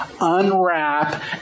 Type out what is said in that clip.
unwrap